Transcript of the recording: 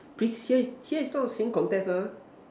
please here is here is not a singing contest ah